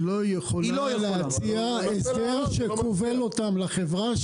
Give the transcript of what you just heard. היא לא יכולה להציע הסדר שכובל אותם לחברה,